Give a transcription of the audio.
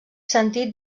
sentit